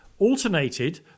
alternated